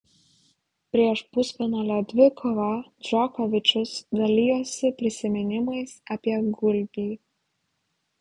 prieš pusfinalio dvikovą džokovičius dalijosi prisiminimais apie gulbį